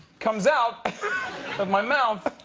comes out of my mouth